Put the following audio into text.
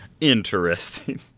interesting